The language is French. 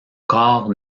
corps